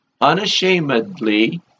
unashamedly